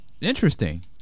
interesting